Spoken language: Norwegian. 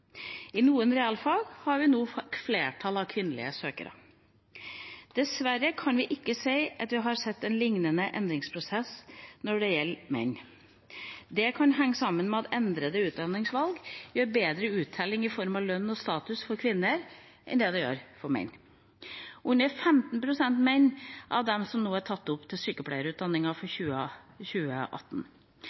I noen realfag har vi nå et flertall av kvinnelige søkere. Dessverre kan vi ikke si at vi har sett en lignende endringsprosess når det gjelder menn. Det kan henge sammen med at endrede utdanningsvalg gir bedre uttelling i form av lønn og status for kvinner enn det det gjør for menn. Det er under 15 pst. menn av de som er tatt opp til sykepleierutdanningen for 2018.